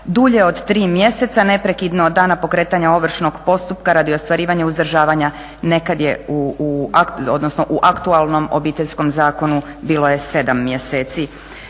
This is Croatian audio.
dulje od 3 mjeseca neprekidno od dana pokretanja ovršnog postupka radi ostvarivanja uzdržavanja, nekad je u aktualnom Obiteljskom zakonu bilo je 7 mjeseci.